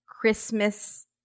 Christmas